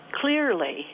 Clearly